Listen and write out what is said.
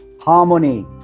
harmony